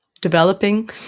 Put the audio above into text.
developing